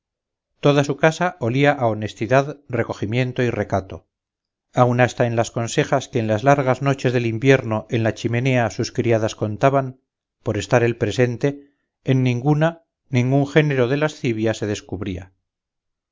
toda su casa olía a honestidad recogimiento y recato aun hasta en las consejas que en las largas noches del invierno en la chimenea sus criadas contaban por estar él presente en ninguna ningún género de lascivia se descubría